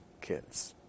kids